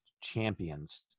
champions